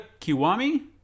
Kiwami